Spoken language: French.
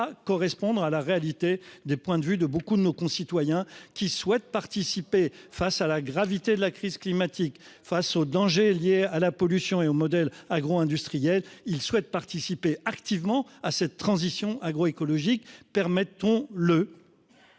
correspondre à la réalité des points de vue de beaucoup de nos concitoyens qui souhaitent participer face à la gravité de la crise climatique face au danger lié à la pollution et au modèle agro-industriel. Il souhaite participer activement à cette transition agroécologique permettons le.